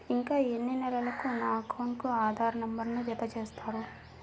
ఇంకా ఎన్ని నెలలక నా అకౌంట్కు ఆధార్ నంబర్ను జత చేస్తారు?